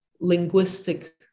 linguistic